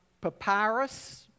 papyrus